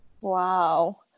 Wow